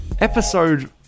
episode